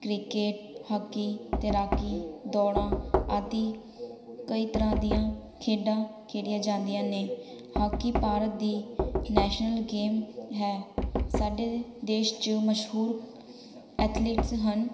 cricket hockey ਤੈਰਾਕੀ ਦੌੜਾਂ ਆਦਿ ਕਈ ਤਰ੍ਹਾਂ ਦੀਆਂ ਖੇਡਾਂ ਖੇਡੀਆਂ ਜਾਂਦੀਆਂ ਨੇ ਹਾਕੀ ਭਾਰਤ ਦੀ ਨੈਸ਼ਨਲ ਗੇਮ ਹੈ ਸਾਡੇ ਦੇਸ਼ 'ਚ ਮਸ਼ਹੂਰ ਐਥਲੀਟਸ ਹਨ